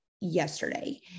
yesterday